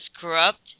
corrupt